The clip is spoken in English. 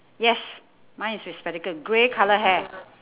yes mine is with spectacle grey colour hair